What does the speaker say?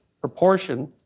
proportion